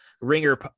Ringer